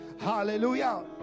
Hallelujah